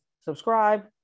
subscribe